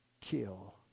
kill